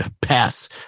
pass